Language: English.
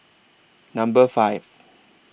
Number five